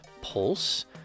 Pulse